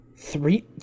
Three